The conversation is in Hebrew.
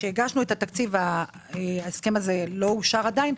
כשהגשנו את התקציב ההסכם הזה לא אושר עדיין.